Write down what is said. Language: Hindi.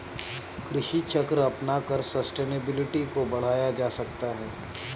कृषि चक्र अपनाकर सस्टेनेबिलिटी को बढ़ाया जा सकता है